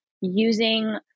using